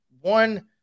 One